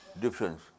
difference